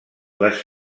les